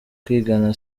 kwigana